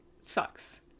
Sucks